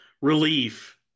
relief